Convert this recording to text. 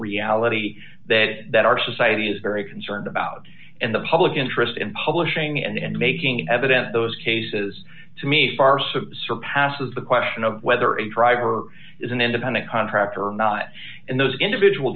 reality that that our society is very concerned about and the public interest in publishing and making evident those cases to me are so surpasses the question of whether a driver is an independent contractor or not and those individual